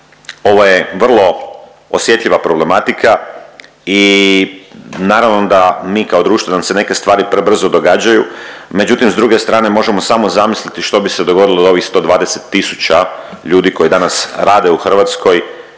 ovo je vrlo osjetljiva problematika i naravno da mi kao društvo nam se neke stvari prebrzo događaju, međutim s druge strane možemo samo zamisliti što bi se dogodilo da ovih 120 tisuća ljudi koji danas rade u Hrvatskoj